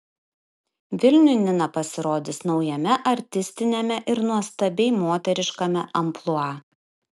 vilniui nina pasirodys naujame artistiniame ir nuostabiai moteriškame amplua